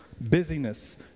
busyness